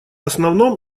основном